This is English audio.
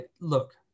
look